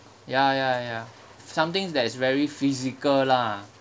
ya ya ya something that is very physical lah